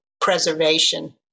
preservation